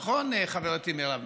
נכון, חברתי מרב מיכאלי?